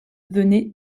venaient